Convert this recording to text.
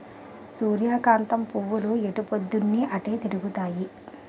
సూర్యకాంతం పువ్వులు ఎటుపోద్దున్తీ అటే తిరుగుతాయి